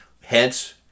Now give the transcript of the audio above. hence